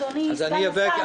אדוני סגן השר,